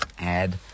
add